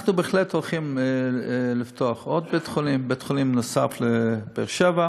אנחנו בהחלט הולכים לפתוח עוד בתי-חולים: בית-חולים נוסף לבאר-שבע,